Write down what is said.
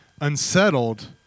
Unsettled